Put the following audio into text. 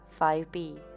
5B